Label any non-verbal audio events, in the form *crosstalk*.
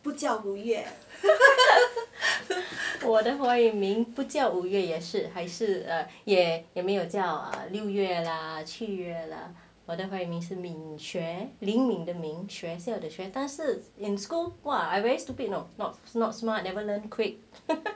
不叫五月 *laughs* 我的华语名不叫五月也是还是也也没有啊六月啦七月啦我的华语名是敏学灵敏的敏学校的学但是 in school !wah! I very stupid or not not smart never learn quick